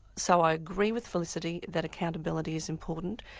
so i agree with felicity that accountability is important.